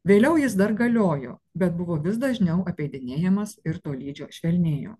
vėliau jis dar galiojo bet buvo vis dažniau apeidinėjamas ir tolydžio švelnėjo